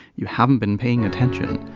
you haven't been paying attention.